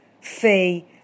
fei